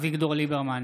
אביגדור ליברמן,